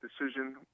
decision